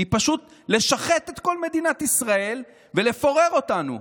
היא פשוט להשחית את כל מדינת ישראל ולפורר אותנו.